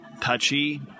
touchy